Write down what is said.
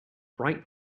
bright